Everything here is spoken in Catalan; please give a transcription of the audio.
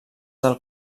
del